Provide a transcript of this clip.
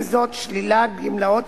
עם זאת, שלילת גמלאות